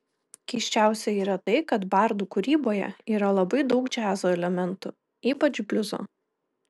keisčiausia yra tai kad bardų kūryboje yra labai daug džiazo elementų ypač bliuzo